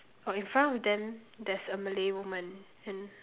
oh in front of them there's a Malay woman and